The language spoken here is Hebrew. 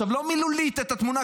לא מילולית התמונה,